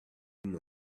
emma